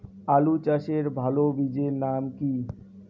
আলু চাষের ভালো বীজের নাম কি?